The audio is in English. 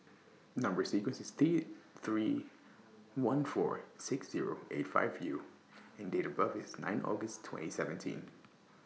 Number sequence IS T three one four six Zero eight five U and Date of birth IS nine August twenty seventeen